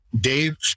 Dave